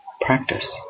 practice